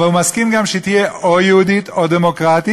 והוא מסכים שהיא תהיה גם או יהודית או דמוקרטית,